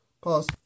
Pause